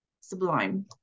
sublime